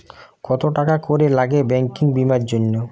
কত টাকা করে লাগে ব্যাঙ্কিং বিমার জন্য?